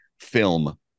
film